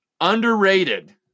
underrated